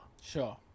Sure